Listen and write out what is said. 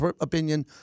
opinion